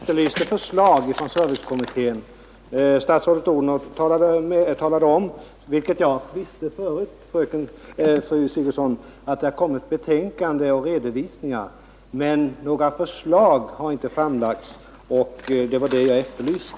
Herr talman! Jag efterlyste förslag från servicekommittén. Statsrådet Odhnoff talade om — men detta visste jag förut, fru Sigurdsen — att det kommit fram betänkanden och redovisningar. Men några förslag har inte framlagts, och det var sådana jag efterlyste.